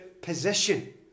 position